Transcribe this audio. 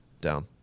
Down